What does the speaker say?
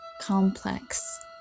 complex